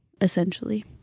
essentially